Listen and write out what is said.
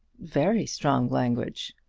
very strong language.